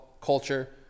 culture